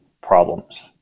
problems